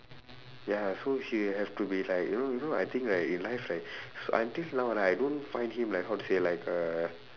ya so he have to be like you know you know I think right in life right so until now right I don't find him like how to say like uh